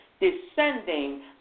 descending